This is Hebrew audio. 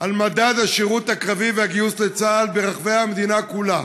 על מדד השירות הקרבי והגיוס לצה"ל ברחבי המדינה כולה.